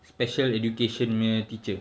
special education punya teacher